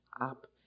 up